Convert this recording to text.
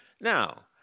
Now